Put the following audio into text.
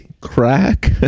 crack